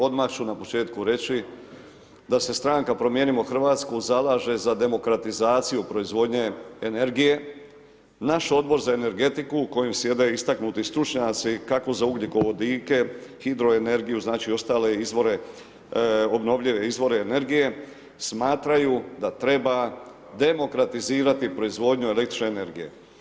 Odmah ću na početku reći da se stranka Promijenimo Hrvatsku zalaže za demokratizaciju proizvodnje energije, naš Odbor za energetiku u kojem sjede istaknuti stručnjaci kako za ugljikovodike, hidroenergiju, znači i ostale izvore, obnovljive izvore energije, smatraju da treba demokratizirati proizvodnju električne energije.